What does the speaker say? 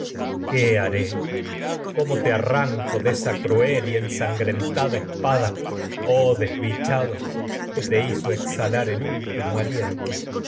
qué haré cómo te arranco de cruel y ensangrentada espada último aliento oh desdichado debías haber que te hizo exhalar el